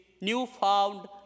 newfound